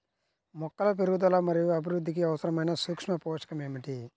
మొక్కల పెరుగుదల మరియు అభివృద్ధికి అవసరమైన సూక్ష్మ పోషకం ఏమిటి?